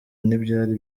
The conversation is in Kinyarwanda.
ntibyari